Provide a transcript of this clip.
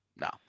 no